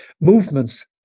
Movements